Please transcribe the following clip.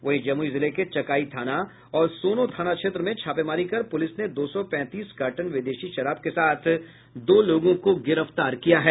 वहीं जमुई जिले के चकाई थाना और सोनो थाना क्षेत्र में छापेमारी कर पुलिस ने दो सौ पैंतीस कार्टन विदेशी शराब के साथ दो लोगों को गिरफ्तार किया है